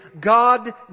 God